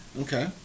Okay